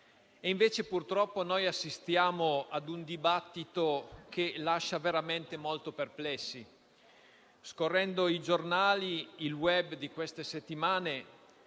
purtroppo, noi assistiamo ad un dibattito che lascia veramente molto perplessi. Scorrendo i giornali e il *web* in queste settimane